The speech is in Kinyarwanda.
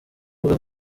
avuga